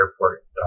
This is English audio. airport